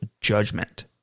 judgment